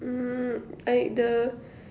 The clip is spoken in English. mm I the